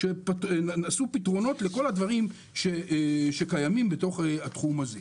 ושעשו פתרונות לכל הדברים שקיימים בתוך התחום הזה.